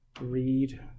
read